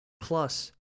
Plus